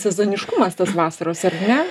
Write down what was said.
sezoniškumas tos vasaros ar ne